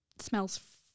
smells